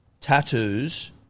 tattoos